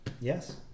Yes